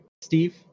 Steve